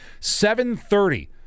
7.30